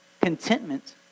Contentment